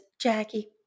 Jackie